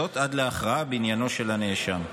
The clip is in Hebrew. וזאת עד להכרעה בעניינו של הנאשם.